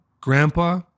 grandpa